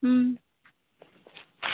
ᱦᱢ